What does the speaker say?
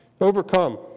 Overcome